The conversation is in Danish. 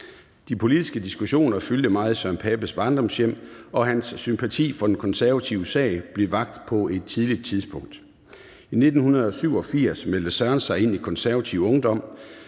De politiske diskussioner fyldte meget i Søren Papes barndomshjem, og hans sympati for den konservative sag blev vakt på et tidligt tidspunkt. I 1987 meldte Søren sig ind i Konservativ Ungdom,